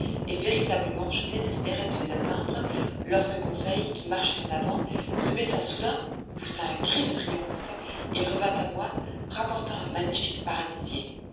et véritablement je désespérais de les atteindre lorsque conseil qui marchait en avant se baissa soudain poussa un cri de triomphe et revint à moi rapportant un magnifique